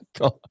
god